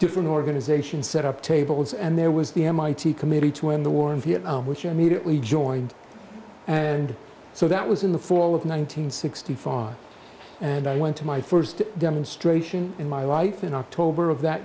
different organizations set up tables and there was the mit committee to win the war in vietnam which immediately joined and so that was in the fall of one nine hundred sixty five and i went to my first demonstration in my life in october of that